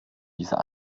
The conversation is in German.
dieser